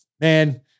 man